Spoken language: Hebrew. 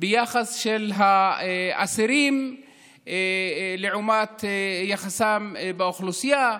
ביחס האסירים לעומת יחסם באוכלוסייה.